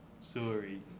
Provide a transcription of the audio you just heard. Sorry